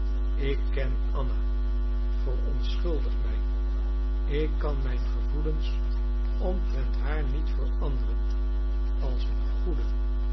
ik ken anna verontschuldig mij ik kan mijn gevoelens omtrent haar niet veranderen als een goede